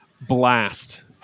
Blast